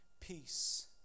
peace